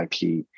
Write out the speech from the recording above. IP